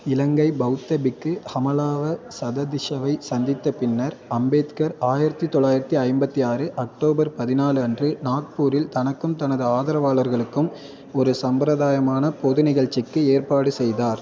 இலங்கை பெளத்த பிக்கு ஹமலாவ சததிஷவை சந்தித்த பின்னர் அம்பேத்கர் ஆயிரத்து தொள்ளாயிரத்து ஐம்பத்து ஆறு அக்டோபர் பதினாலு அன்று நாக்பூரில் தனக்கும் தனது ஆதரவாளர்களுக்கும் ஒரு சம்பரதாயமான பொது நிகழ்ச்சிக்கு ஏற்பாடு செய்தார்